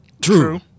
True